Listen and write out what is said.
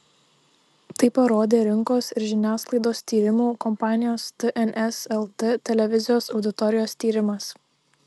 tai parodė rinkos ir žiniasklaidos tyrimų kompanijos tns lt televizijos auditorijos tyrimas